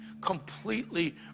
completely